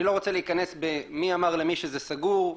אני לא רוצה להיכנס במי אמר למי שזה סגור,